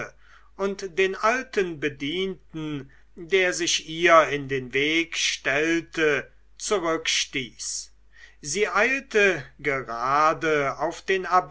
und den alten bedienten der sich ihr in den weg stellte zurückstieß sie eilte gerade auf den